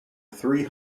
three